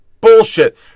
bullshit